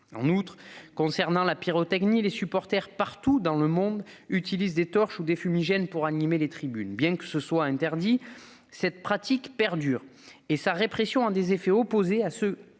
personne. S'agissant de la pyrotechnie, les supporters, partout dans le monde, utilisent des torches et des fumigènes pour animer les tribunes. Bien qu'elle soit interdite, cette pratique perdure. Or la répression a des effets opposés à ceux